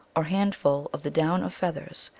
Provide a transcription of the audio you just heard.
or handful of the down of feath ers,